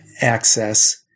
access